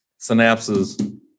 synapses